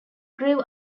grew